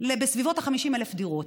לסביבות 50,000 דירות.